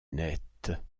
nettes